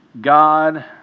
God